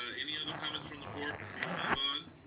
ah any other comments from the board before we move on?